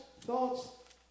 thoughts